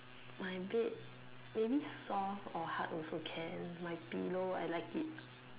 my bed maybe soft or hard also can my pillow I like it